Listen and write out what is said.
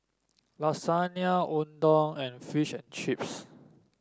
Lasagne Unadon and Fish and Chips